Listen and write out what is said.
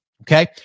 Okay